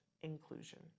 inclusion